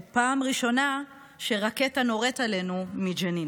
ובפעם הראשונה רקטה נורית עלינו מג'נין,